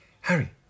Harry